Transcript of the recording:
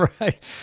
right